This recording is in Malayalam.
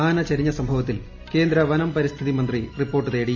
ആന ചരിഞ്ഞ സംഭവത്തിൽ കേന്ദ്ര വനം പരിസ്ഥിതി മന്ത്രി റിപ്പോർട്ട് തേടി